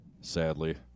Sadly